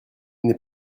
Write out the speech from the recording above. n’est